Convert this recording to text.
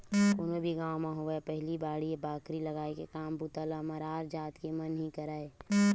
कोनो भी गाँव म होवय पहिली बाड़ी बखरी लगाय के काम बूता ल मरार जात के मन ही करय